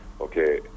Okay